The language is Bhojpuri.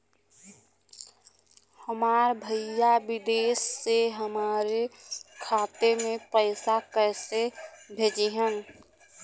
हमार भईया विदेश से हमारे खाता में पैसा कैसे भेजिह्न्न?